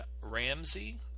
Ramsey